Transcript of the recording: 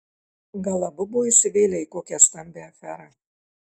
gal abu buvo įsivėlę į kokią stambią aferą